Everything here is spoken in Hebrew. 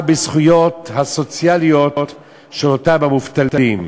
בזכויות הסוציאליות של אותם המובטלים.